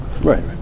Right